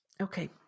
okay